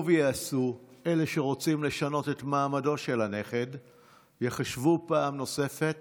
טוב יעשו אלה שרוצים לשנות את מעמדו של הנכד אם יחשבו פעם נוספת